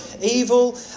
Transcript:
evil